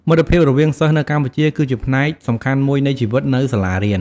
មិត្តភាពរវាងសិស្សនៅកម្ពុជាគឺជាផ្នែកសំខាន់មួយនៃជីវិតនៅសាលារៀន។